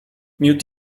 miód